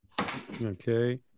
Okay